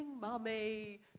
mummy